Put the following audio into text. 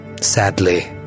sadly